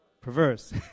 Perverse